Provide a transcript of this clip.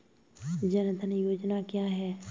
जनधन योजना क्या है?